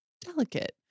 delicate